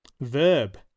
Verb